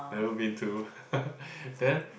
never been to then